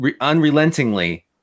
unrelentingly